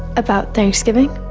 about thanksgiving?